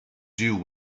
due